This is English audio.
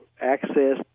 access